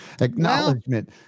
acknowledgement